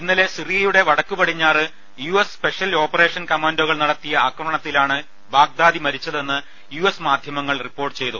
ഇന്നലെ സിറിയയുടെ വടക്കു പടിഞ്ഞാറ് യു എസ് സ്പെഷ്യൽ ഓപ്പറേഷൻ കമാൻഡോകൾ നടത്തിയ ആക്രമണത്തിലാണ് ബാഗ്ദാദി മരിച്ചതെന്ന് യു എസ് മാധ്യ മങ്ങൾ റിപ്പോർട്ട് ചെയ്തു